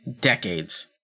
decades